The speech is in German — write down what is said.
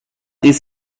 ließ